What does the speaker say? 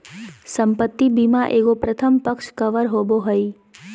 संपत्ति बीमा एगो प्रथम पक्ष कवर होबो हइ